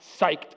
psyched